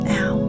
Now